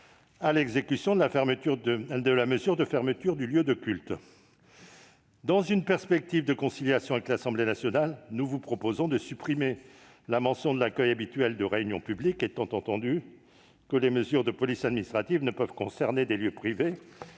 à l'exécution de la mesure de fermeture du lieu de culte. Dans une perspective de conciliation avec l'Assemblée nationale, nous vous proposerons de supprimer la mention de l'accueil habituel de réunions publiques, étant entendu que les mesures de police administrative ne peuvent concerner des lieux privés,